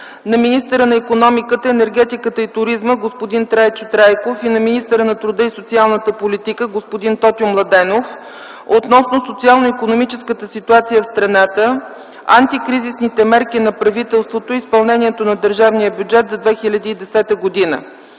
на министъра на икономиката, енергетиката и туризма господин Трайчо Трайков и на министъра на труда и социалната политика господин Тотю Младенов относно социално икономическата ситуация в страната, антикризисните мерки на правителството и изпълнението на държавния бюджет за 2010 година.